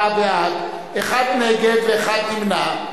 34 בעד, אחד נגד ואחד נמנע.